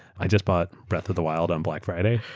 i just bought breath of the wild on black friday,